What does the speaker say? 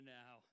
now